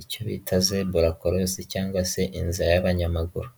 icyo bita zeburakorosi cyangwa se inzira y'abanyamaguru.